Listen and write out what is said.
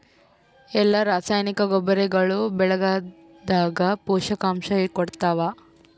ಎಲ್ಲಾ ರಾಸಾಯನಿಕ ಗೊಬ್ಬರಗೊಳ್ಳು ಬೆಳೆಗಳದಾಗ ಪೋಷಕಾಂಶ ಕೊಡತಾವ?